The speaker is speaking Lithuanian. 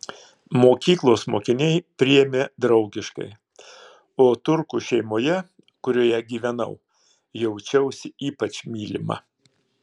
mokyklos mokiniai priėmė draugiškai o turkų šeimoje kurioje gyvenau jaučiausi ypač mylima